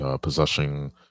possessing